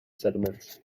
settlements